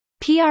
PR